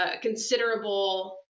considerable